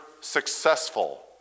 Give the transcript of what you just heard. successful